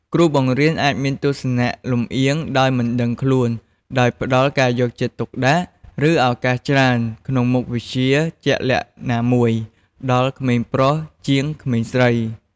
គ្រូបង្រៀនអាចមានទស្សនៈលំអៀងដោយមិនដឹងខ្លួន ដោយផ្ដល់ការយកចិត្តទុកដាក់ ឬឱកាសច្រើនក្នុងមុខវិជ្ជាជាក់លាក់ណាមួយ ដល់ក្មេងប្រុសជាងក្មេងស្រី។